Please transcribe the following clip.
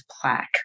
plaque